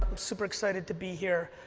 super excited to be here.